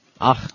Ach